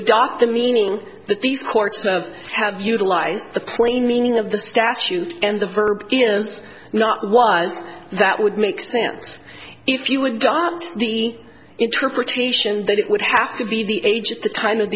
adopt the meaning that these courts sort of have utilized the plain meaning of the statute and the verb is not was that would make sense if you adopt the interpretation that it would have to be the age at the time of